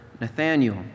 Nathaniel